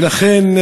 ולכן,